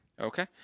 Okay